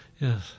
Yes